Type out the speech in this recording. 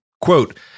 Quote